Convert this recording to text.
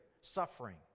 suffering